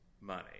money